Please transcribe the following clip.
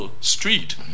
street